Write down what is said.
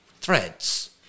threads